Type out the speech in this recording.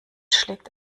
schlägt